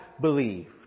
believed